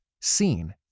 seen